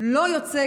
לא יוצא